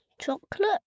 Chocolate